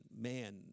man